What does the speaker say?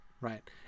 right